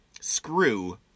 screw